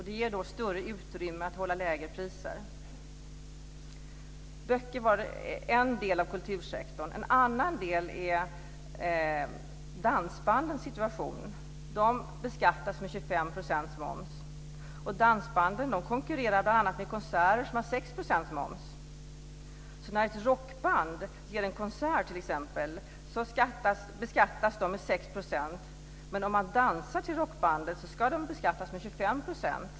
Det ger då större utrymme för att hålla lägre priser. Böcker är en del av kultursektorn. En annan del är dansbandens situation. De beskattas med 25 % moms. Dansbanden konkurrerar bl.a. med konserter, där 6 % moms tas ut. När ett rockband ger en konsert beskattas bandet med 6 %, men om man dansar till rockbandet ska bandet beskattas med 25 %.